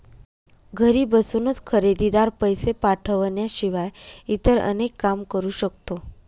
घरी बसूनच खरेदीदार, पैसे पाठवण्याशिवाय इतर अनेक काम करू शकतो